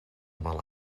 mal